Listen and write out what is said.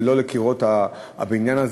ולא לקירות הבניין הזה,